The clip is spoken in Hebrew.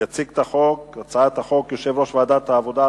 יציג את הצעת החוק יושב-ראש ועדת העבודה,